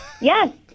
yes